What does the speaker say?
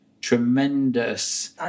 tremendous